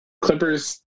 Clippers